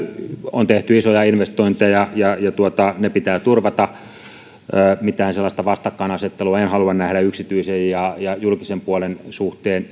on tehty isoja investointeja ja ne pitää turvata mitään sellaista vastakkainasettelua en halua nähdä yksityisen ja ja julkisen puolen suhteen